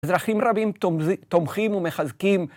אזרחים רבים תומכים ומחזקים.